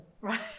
Right